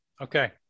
Okay